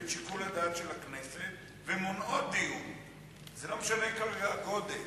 חובה של מינוי סגן מתוך הרשות בשביל לשמור על הזיכרון הארגוני.